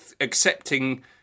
accepting